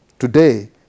today